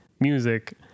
music